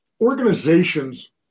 Organizations